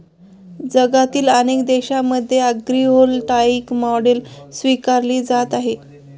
जगातील अनेक देशांमध्ये ॲग्रीव्होल्टाईक मॉडेल स्वीकारली जात आहे